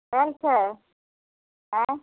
केहन छै आयँ